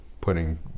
putting